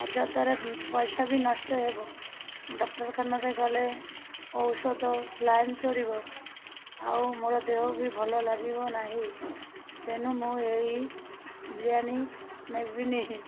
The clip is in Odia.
ଯାଦ୍ୱାରା ପଇସା ବି ନଷ୍ଟ ହେବ ଡକ୍ତରଖାନାରେ ଗଲେ ଔଷଧ ସାଲାଇନ୍ ଚଢ଼ିବ ଆଉ ମୋର ଦେହ ବି ଭଲ ଲାଗିବ ନାହିଁ ତେଣୁ ମୁଁ ଏଇ ବିରିୟାନୀ ନେବିିନି